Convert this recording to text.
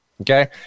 okay